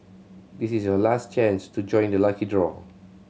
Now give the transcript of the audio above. this is your last chance to join the lucky draw